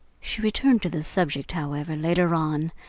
she returned to the subject, however, later on,